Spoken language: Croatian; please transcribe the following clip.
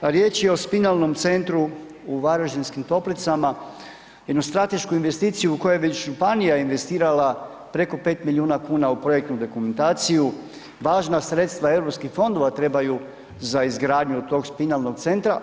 Riječ je o spinalnom centru Varaždinskim toplicama, jednu stratešku investiciju u koju bi županija investirala preko 5 milijuna kuna u projektnu dokumentaciju, važna sredstva europskih fondova trebaju za izgradnju tog spinalnog centra.